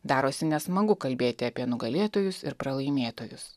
darosi nesmagu kalbėti apie nugalėtojus ir pralaimėtojus